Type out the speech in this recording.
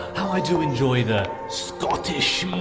how i do enjoy the scottish